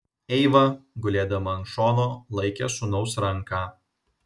eiva gulėdama ant šono laikė sūnaus ranką